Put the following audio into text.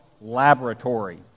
Laboratory